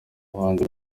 abahanzi